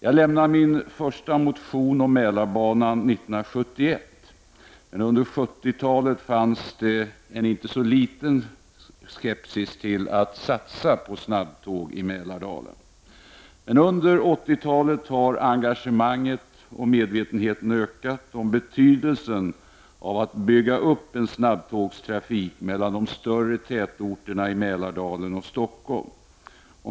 Jag väckte min första motion om Mälarbanan 1971, men under 70-talet fanns det en inte så liten skepsis till att satsa på snabbtåg i Mälardalen. Under 80-talet har engagemanget och medvetenheten ökat om betydelsen av att bygga upp en snabbtågstrafik mellan de större tätorterna i Mälardalen och Stockholm.